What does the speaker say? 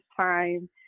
time